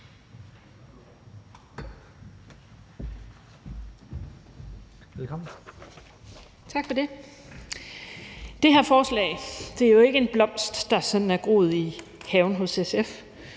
(SF): Tak for det. Det her forslag er jo ikke en blomst, der er groet i haven hos SF.